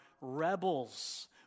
rebels